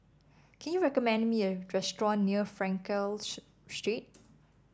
can you recommend me a restaurant near Frankel Street